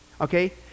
Okay